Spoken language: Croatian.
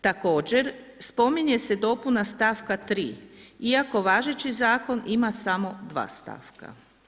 Također spominje se dopuna stavka 3. iako važeći zakon ima samo 2 stavka.